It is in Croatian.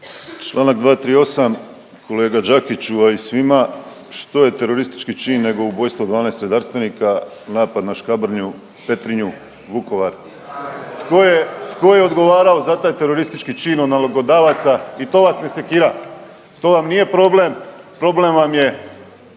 Članak 238. Kolega Đakiću, a i svima što je teroristički čin nego ubojstvo 12 redarstvenika, napad na Škabrnju, Petrinju, Vukovar. Tko je odgovarao za taj teroristički čin od nalogodavaca i to vas ne sekira? To vam nije problem? Problem vam je